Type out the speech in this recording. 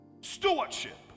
Stewardship